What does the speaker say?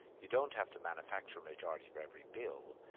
you don't have to manufacture a majority for every bill,